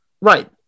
Right